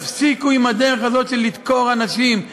תפסיקו את הדרך הזאת של לדקור אנשים.